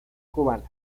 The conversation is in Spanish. cubanas